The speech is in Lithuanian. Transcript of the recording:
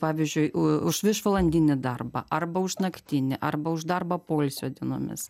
pavyzdžiui už viršvalandinį darbą arba už naktinį arba už darbą poilsio dienomis